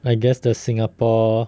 I guess the singapore